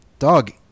Dog